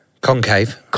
Concave